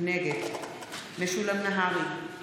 נגד משולם נהרי,